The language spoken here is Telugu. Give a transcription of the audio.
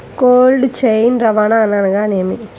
కోల్డ్ చైన్ రవాణా అనగా నేమి?